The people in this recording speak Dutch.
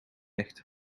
echte